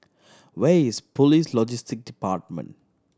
where is Police Logistic Department